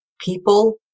people